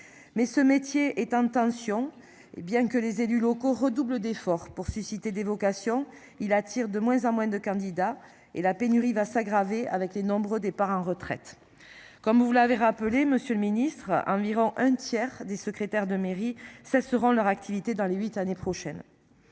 Mais ce métier est intention et bien que les élus locaux redouble d'efforts pour susciter des vocations, il attire de moins en moins de candidats et la pénurie va s'aggraver avec les nombreux départs en retraite. Comme vous l'avez rappelé. Monsieur le Ministre, environ un tiers des secrétaires de mairie ça se rend leur activité dans les huit l'année prochaine.